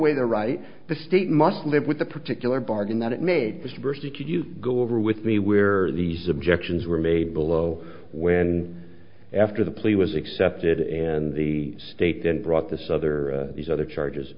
the right the state must live with the particular bargain that it made for subversive could you go over with me where these objections were made below when after the plea was accepted and the state then brought this other these other charges